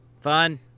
Fun